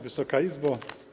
Wysoka Izbo!